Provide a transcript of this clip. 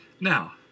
Now